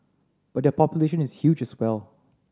but their population is huge as well